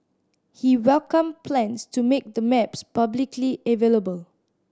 he welcomed plans to make the maps publicly available